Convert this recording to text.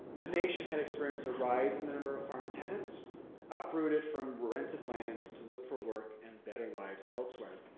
the nation had experienced a rise in the number of farm tenants uprooted from rented lands to look for work and better lives elsewhere.